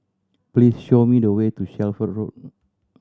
please show me the way to Shelford Road